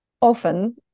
Often